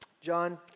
John